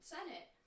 Senate